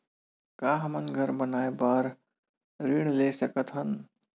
का हमन घर बनाए बार ऋण ले सकत हन?